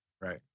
Right